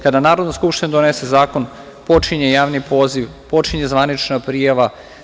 Kada Narodna skupština donese zakon, počinje javni poziv, počinje zvanična prijava.